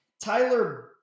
Tyler